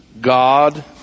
God